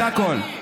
זה הכול.